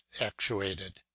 actuated